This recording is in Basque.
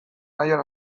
nahian